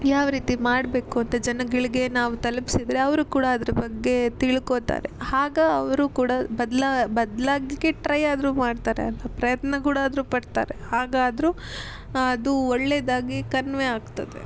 ಯಾವ ರೀತಿ ಮಾಡಬೇಕು ಅಂತ ಜನಗಳಿಗೆ ನಾವು ತಲುಪಿಸಿದರೆ ಅವರು ಕೂಡ ಅದ್ರ ಬಗ್ಗೆ ತಿಳ್ಕೋತಾರೆ ಆಗ ಅವರು ಕೂಡ ಬದ್ಲ ಬದಲಾಗ್ಲಿಕ್ಕೆ ಟ್ರೈ ಆದರೂ ಮಾಡ್ತಾರೆ ಅಂತ ಪ್ರಯತ್ನ ಕೂಡ ಆದ್ರೂ ಪಡ್ತಾರೆ ಹಾಗಾದ್ರು ಅದು ಒಳ್ಳೆಯದಾಗಿ ಕನ್ವೆ ಆಗ್ತದೆ